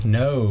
no